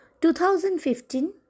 2015